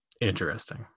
Interesting